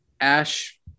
Ash